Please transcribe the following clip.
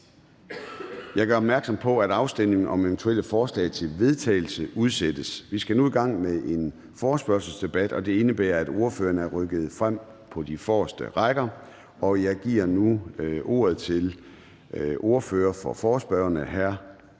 Jeg gør opmærksom på, at afstemning om eventuelle forslag til vedtagelse udsættes. Vi skal nu i gang med en forespørgselsdebat, og det indebærer, at ordførerne er rykket frem på de forreste rækker. Jeg giver nu ordet til ordføreren for forespørgerne, hr.